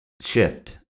shift